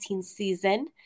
season